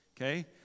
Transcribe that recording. Okay